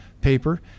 paper